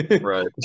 Right